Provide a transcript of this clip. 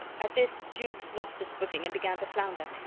at this jukes lost his footing and began to flounder.